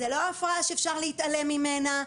זו לא הפרעה שאפשר להתעלם ממנה.